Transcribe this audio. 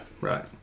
right